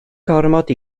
gormod